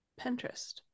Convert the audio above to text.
pinterest